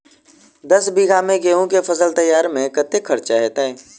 दस बीघा मे गेंहूँ केँ फसल तैयार मे कतेक खर्चा हेतइ?